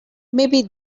maybe